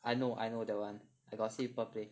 I know I know that one I got see people play